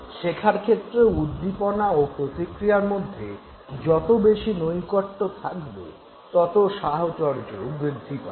শেখার ক্ষেত্রেও উদ্দীপনা ও প্রতিক্রিয়ার মধ্যে যত বেশি নৈকট্য থাকবে তত সাহচর্য বৃদ্ধি পাবে